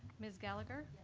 ms. gallagher?